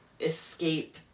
escape